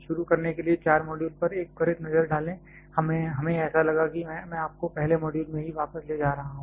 शुरू करने के लिए 4 मॉड्यूल पर एक त्वरित नज़र डालें हमें ऐसा लगा कि मैं आपको पहले मॉड्यूल में ही वापस ले जा रहा हूं